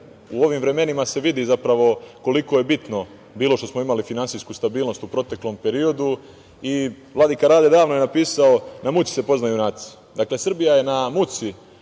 U ovim vremenima se vidi zapravo koliko je bitno bilo što smo imali finansijsku stabilnost u proteklom periodu i vladika Rade davno je napisao - na muci se poznaju junaci. Dakle, Srbija je na muci